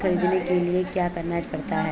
ऋण ख़रीदने के लिए क्या करना पड़ता है?